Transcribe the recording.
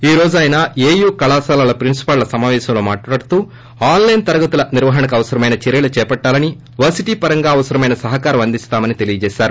ఈ రోజు ఆయన ఏయూ కళాశాలల ప్రిన్సిపాళ్ళ సమాపేశంలో మాట్హడుతూ ఆన్ లైన్ తరగతుల నిర్వహణకు అవసరమైన చర్వలు చేపట్లాలని వర్పిటీ పరంగా అవసరమైన సహకారాన్ని అందిస్తామని తెలిపారు